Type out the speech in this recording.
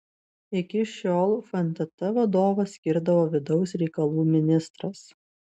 iki šiol fntt vadovą skirdavo vidaus reikalų ministras